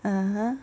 (uh huh)